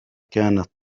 كانت